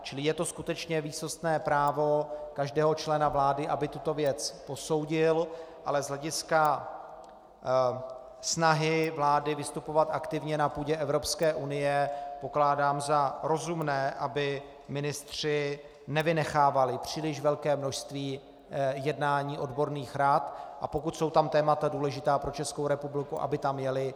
Čili je to skutečně výsostné právo každého člena vlády, aby tuto věc posoudil, ale z hlediska snahy vlády vystupovat aktivně na půdě Evropské unie pokládám za rozumné, aby ministři nevynechávali příliš velké množství jednání odborných rad, a pokud jsou tam témata důležitá pro Českou republiku, aby tam jeli.